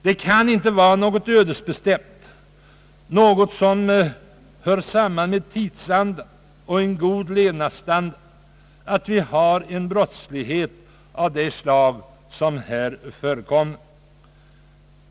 Det kan inte vara något ödesbestämt, något som hör samman med tidsandan och en god levnadsstandard, att vi har en brottslighet av det slag som här förekommer.